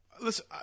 Listen